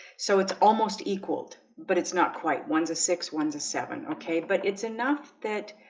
so it's almost equalled but it's not quite one's a six one's a seven okay, but it's enough that